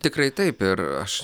tikrai taip ir aš